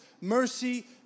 mercy